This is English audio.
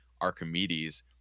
Archimedes